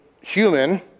human